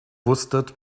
wusstet